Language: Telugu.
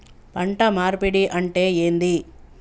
పంట మార్పిడి అంటే ఏంది?